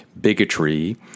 Bigotry